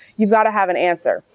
you've got to have an answer.